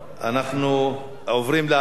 אנחנו עוברים להצבעה.